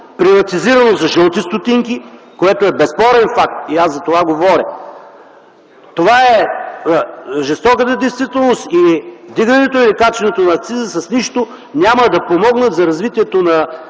приватизирано за жълти стотинки, което е безспорен факт и аз за това говоря. Това е жестоката действителност и вдигането или качването на акциза с нищо няма да помогнат за развитието на